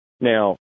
Now